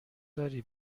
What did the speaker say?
داری